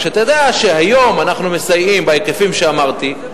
רק שתדע שהיום אנחנו מסייעים בהיקפים שאמרתי,